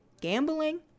gambling